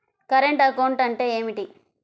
Current account అంటే ఏమిటి?